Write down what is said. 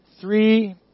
three